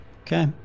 Okay